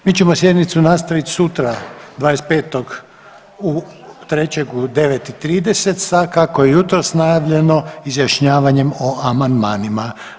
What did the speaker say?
Mi ćemo sjednicu nastavit sutra 25.3. u 9,30 sa kako je jutros najavljeno Izjašnjavanjem o amandmanima.